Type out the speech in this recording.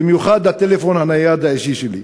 במיוחד הטלפון הנייד האישי שלי.